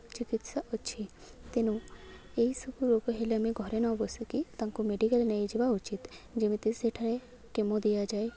ଚିକିତ୍ସା ଅଛି ତେଣୁ ଏହିସବୁ ରୋଗ ହେଲେ ଆମେ ଘରେ ନ ବସିକି ତାଙ୍କୁ ମେଡ଼ିକାଲ୍ ନେଇଯିବା ଉଚିତ୍ ଯେମିତି ସେଠାରେ କେମୋ ଦିଆଯାଏ